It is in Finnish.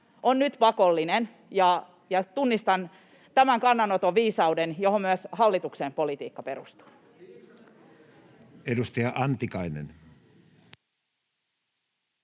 on nyt pakollinen. Tunnistan tämän kannanoton viisauden, johon myös hallituksen politiikka perustuu. [Speech